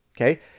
okay